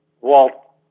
walt